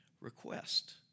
request